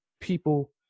people